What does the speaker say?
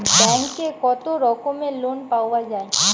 ব্যাঙ্কে কত রকমের লোন পাওয়া য়ায়?